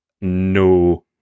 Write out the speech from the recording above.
no